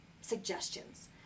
suggestions